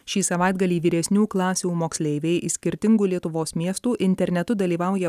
šį savaitgalį vyresnių klasių moksleiviai iš skirtingų lietuvos miestų internetu dalyvauja